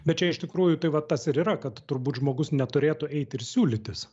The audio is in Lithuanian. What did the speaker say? bet čia iš tikrųjų tai va tas ir yra kad turbūt žmogus neturėtų eiti ir siūlytis